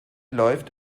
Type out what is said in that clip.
läuft